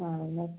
ആ എന്നാൽ ഓക്കെ